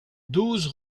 douze